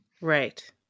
right